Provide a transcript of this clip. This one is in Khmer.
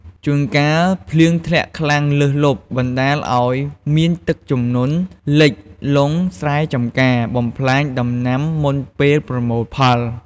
ជួនកាលភ្លៀងធ្លាក់ខ្លាំងលើសលប់ បណ្ដាលឱ្យមានទឹកជំនន់លិចលង់ស្រែចម្ការ បំផ្លាញដំណាំមុនពេលប្រមូលផល។